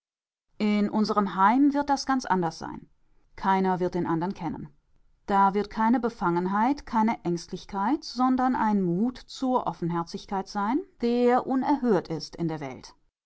in unserem heim wird das ganz anders sein keiner wird den andern kennen da wird keine befangenheit keine ängstlichkeit sondern ein mut zur offenherzigkeit sein der unerhört ist in der welt